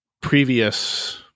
previous